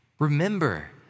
Remember